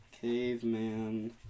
Caveman